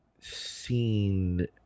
seen